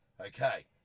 Okay